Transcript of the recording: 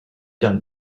done